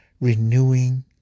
renewing